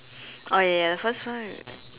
oh ya the first one